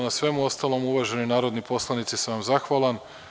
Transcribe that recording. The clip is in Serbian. Na svemu ostalom, uvaženi narodni poslanici, sam vam zahvalan.